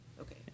Okay